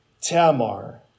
Tamar